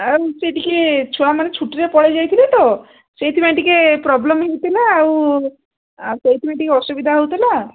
ଆଉ ସେ ଟିକେ ଛୁଆମାନେ ଛୁଟିରେ ପଳାଇ ଯାଇଥିଲେ ତ ସେଇଥିପାଇଁ ଟିକେ ପ୍ରୋବ୍ଲେମ୍ ହେଇଥିଲା ଆଉ ସେଇଥିପାଇଁ ଟିକେ ଅସୁବିଧା ହେଉଥିଲା